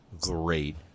great